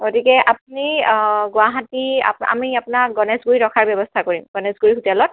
গতিকে আপুনি গুৱাহাটী আ আমি আপোনাক গনেশগুড়িত ৰখাৰ ব্যৱস্থা কৰিম গনেশগুড়িৰ হোটেলত